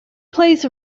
plays